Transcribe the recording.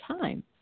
time